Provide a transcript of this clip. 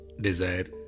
Desire